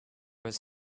was